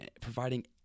providing